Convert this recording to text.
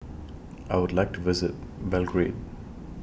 I Would like to visit Belgrade